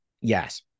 Yes